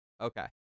Okay